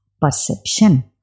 perception